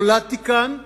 נולדתי כאן,